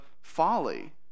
folly